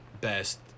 best